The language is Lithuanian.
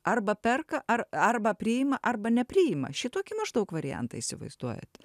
arba perka ar arba priima arba nepriima šitokį maždaug variantą įsivaizduojate